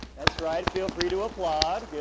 that's right. feel free to applaud.